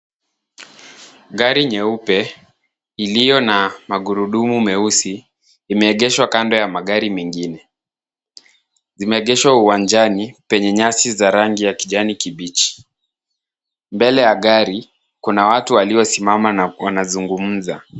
Gari nyeupe iliyo na magurudumu meusi, imeegeshwa kando ya magari mengine. Imeegeshwa uwanjani penye nyasi za rangi ya kijani kibichi. Mbele ya gari kuna watu waliosimama na wanazungumza.